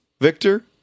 Victor